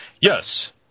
yes